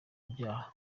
ibyaha